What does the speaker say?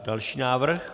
Další návrh?